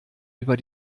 über